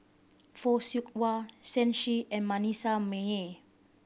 Fock Siew Wah Shen Xi and Manasseh Meyer